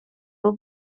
nawe